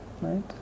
Right